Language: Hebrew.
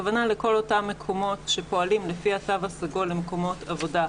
הכוונה לכל אותם מקומות שפועלים לפי התו הסגול למקומות עבודה,